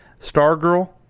Stargirl